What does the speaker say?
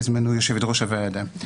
בזמנו יושבת-ראש הוועדה.